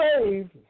saved